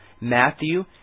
Matthew